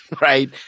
right